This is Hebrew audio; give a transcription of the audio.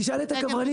תשאל את הכוורנים.